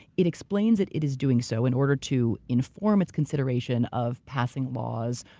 it explains it it is doing so in order to inform its consideration of passing laws,